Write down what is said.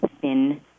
thin